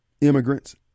immigrants